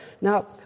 Now